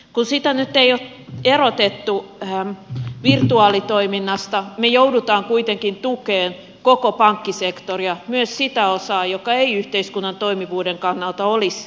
kun sitä nyt ei ole erotettu virtuaalitoiminnasta me joudumme kuitenkin tukemaan koko pankkisektoria myös sitä osaa jota ei yhteiskunnan toimivuuden kannalta olisi tarpeellista tukea